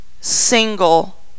single